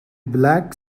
black